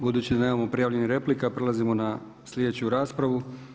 Budući da nemamo prijavljenih replika prelazimo na sljedeću raspravu.